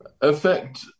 affect